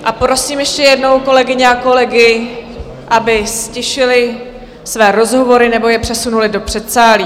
A prosím ještě jednou kolegyně a kolegy, aby ztišili své rozhovory nebo je přesunuli do předsálí.